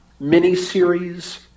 miniseries